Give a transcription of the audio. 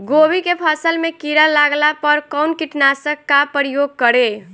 गोभी के फसल मे किड़ा लागला पर कउन कीटनाशक का प्रयोग करे?